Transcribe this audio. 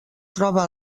troba